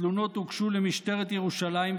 תלונות הוגשו למשטרת ירושלים,